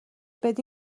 بدی